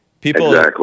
People